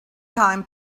time